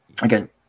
again